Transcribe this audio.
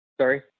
Sorry